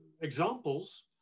examples